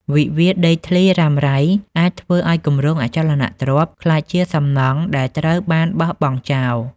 វិវាទដីធ្លីរ៉ាំរ៉ៃអាចធ្វើឱ្យគម្រោងអចលនទ្រព្យ ក្លាយជាសំណង់ដែលត្រូវបានបោះបង់ចោល។